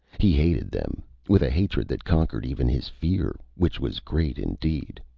he hated them, with a hatred that conquered even his fear, which was great indeed.